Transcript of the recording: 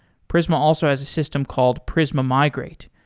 prisma also has a system called prisma migrate,